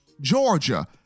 Georgia